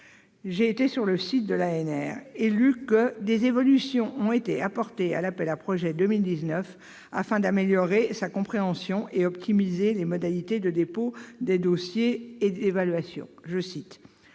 J'ai lu, sur le site de l'ANR, que « des évolutions ont été apportées à l'appel à projets 2019 afin d'améliorer sa compréhension et optimiser les modalités de dépôts des dossiers et d'évaluation ».